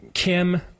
Kim